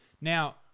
Now